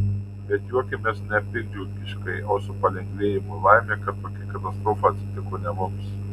bet juokiamės ne piktdžiugiškai o su palengvėjimu laimė kad tokia katastrofa atsitiko ne mums